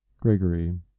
Gregory